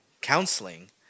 counseling